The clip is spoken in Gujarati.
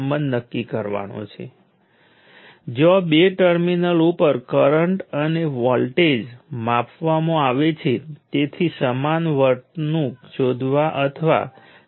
હવે તે કંઈપણ હોઈ શકે છે તે એલિમેન્ટના N ટર્મિનલ્સમાંથી એક પણ હોઈ શકે છે પરંતુ પછી જો રેફરન્સ કંઈપણ હોય તો તે પાવર P જેવું લાગે છે તો આપણે ગણતરી કરીએ છીએ તે સંખ્યામાં થોડી અસ્પષ્ટતા છે